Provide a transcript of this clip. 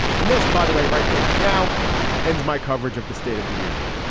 and this, by the way, right here, right now ends my coverage of the state of the union.